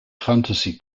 fantasy